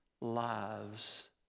lives